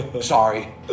Sorry